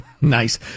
Nice